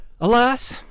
Alas